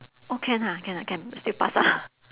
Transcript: oh can ha can ha can still pass ah